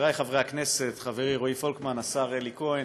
חברי חברי הכנסת, חברי רועי פולקמן, השר אלי כהן,